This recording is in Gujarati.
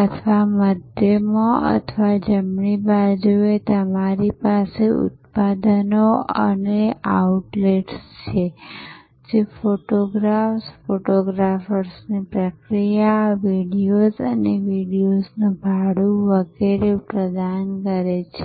અથવા મધ્યમાં અથવા જમણી બાજુએ તમારી પાસે ઉત્પાદનો અને આઉટલેટ્સ છે જે ફોટોગ્રાફ્સ ફોટોગ્રાફ્સની પ્રક્રિયા વિડિઓઝ વિડિઓઝનું ભાડું વગેરે પ્રદાન કરે છે